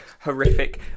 horrific